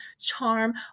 charm